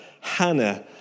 Hannah